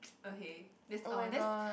okay this all this